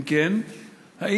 2. אם כן,